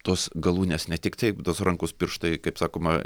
tos galūnės ne tiktai tos rankos pirštai kaip sakoma